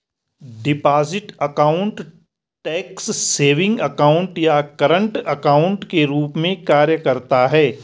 deposit account tax savings account या current account के रूप में कार्य करता है